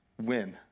win